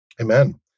Amen